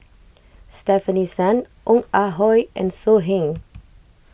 Stefanie Sun Ong Ah Hoi and So Heng